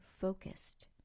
focused